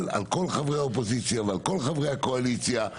על כל חברי האופוזיציה ועל כל חברי הקואליציה,